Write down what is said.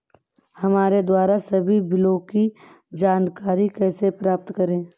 हमारे द्वारा सभी बिलों की जानकारी कैसे प्राप्त करें?